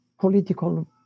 political